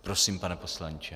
Prosím, pane poslanče.